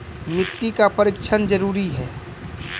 मिट्टी का परिक्षण जरुरी है?